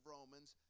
Romans